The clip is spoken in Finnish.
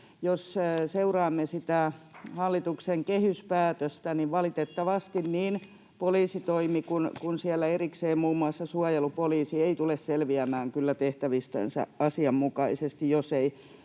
jos seuraamme sitä hallituksen kehyspäätöstä, niin valitettavasti niin poliisitoimi kuin siellä erikseen muun muassa suojelupoliisi eivät kyllä tule selviämään tehtävistänsä asianmukaisesti, jos ei